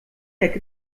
der